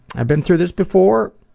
i've been through this before,